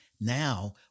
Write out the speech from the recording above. Now